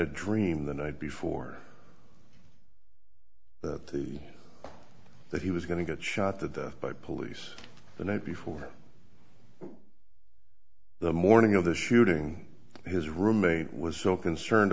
a dream the night before that the that he was going to get shot to death by police the night before the morning of the shooting his roommate was so concerned